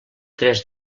tres